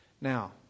Now